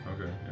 Okay